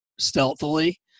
stealthily